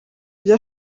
ibyo